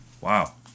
Wow